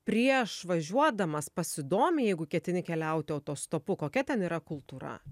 prieš važiuodamas pasidomi jeigu ketini keliauti autostopu kokia ten yra kultūra